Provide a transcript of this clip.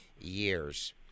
years